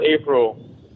April